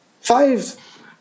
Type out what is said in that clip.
Five